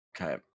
Okay